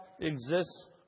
exists